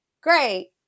great